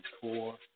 four